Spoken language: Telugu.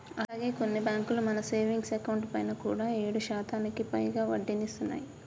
అలాగే కొన్ని బ్యాంకులు మన సేవింగ్స్ అకౌంట్ పైన కూడా ఏడు శాతానికి పైగా వడ్డీని ఇస్తున్నాయి